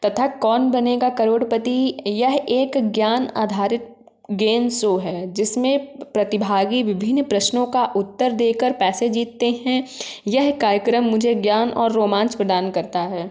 तथा कौन बनेगा करोड़पति यह एक ज्ञान आधारित गेम सो है जिसमें प्रतिभागी विभिन्न प्रश्नों का उत्तर देकर पैसे जीतते हैं यह कार्यक्रम मुझे ज्ञान और रोमांच प्रदान करता है